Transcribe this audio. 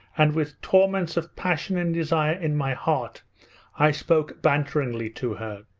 and with torments of passion and desire in my heart i spoke banteringly to her.